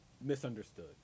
Misunderstood